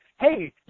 hey